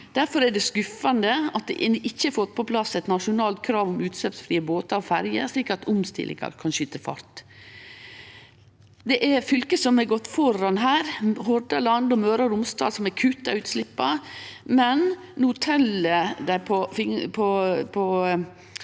Difor er det skuffande at ein ikkje har fått på plass eit nasjonalt krav om utsleppsfrie båtar og ferjer, slik at omstillinga kan skyte fart. Det er fylke som har gått føre her – Hordaland og Møre og Romsdal, som har kutta utsleppa – men no tel dei på